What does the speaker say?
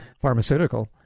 pharmaceutical